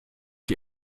die